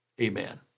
Amen